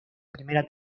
primera